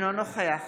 אינו נוכח